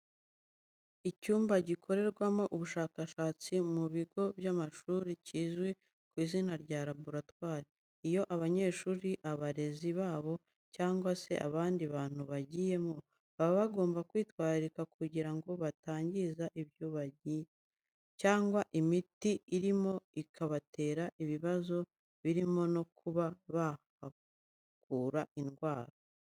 Icyumba gikorerwamo ubushakashatsi mu bigo by'amashuri kizwi ku izina rya laboratwari, iyo abanyeshuri, abarezi babo cyangwa se abandi bantu bagiyemo, baba bagomba kwitwararika, kugira ngo batagira ibyo bangiza cyangwa imiti irimo ikabatera ibibazo birimo no kuba bahakura indwara.